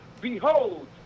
Behold